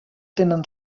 tenen